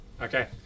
okay